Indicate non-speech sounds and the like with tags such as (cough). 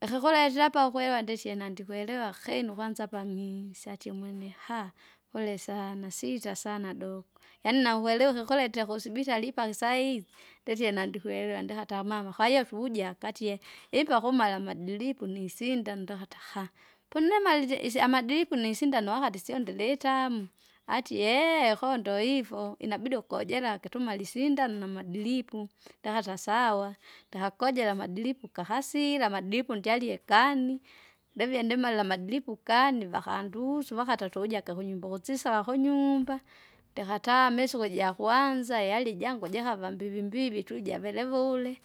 ikikuletera apa ukwelewa nditie nandikwelewa akinu kwanza apa minsatie umwene haa! polesana sita sana dogo. Yaani naukweweka kula itakusibitari ipaka saizi, nditie nandikwerewa ndikata amama kwahiyo tuvuja akatie, ipakumala amadiripu nisinda ndakata haa! ponemalile isya amadilipu nisinda nuwakati syondilitamu (noise) atie eehe! koo ndohifo inabido ukojera kituma lisinda namdiripu. Ndakata sawa, ndsakakojera madilipu kahasira madilipu ndyalie kani? ndavie ndimala amadiripu kani vakandusu vakata tuja kihunyumba ukusisawa kunyumba. Ndikatamise ukuja kwanza ihali jangu jikave mbivimbivi tuja venevule.